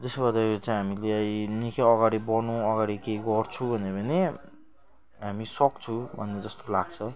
जसले गर्दाखेरि चाहिँ हामीलाई निकै अगाडि बढ्नु अगाडि केही गर्छु भन्यो भने हामी सक्छु भने जस्तो लाग्छ